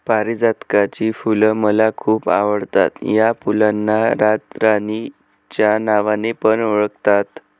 पारीजातकाची फुल मला खूप आवडता या फुलांना रातराणी च्या नावाने पण ओळखतात